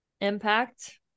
impact